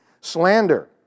slander